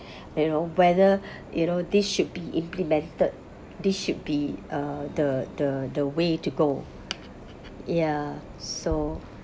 you know whether you know this should be implemented this should be uh the the the way to go yeah so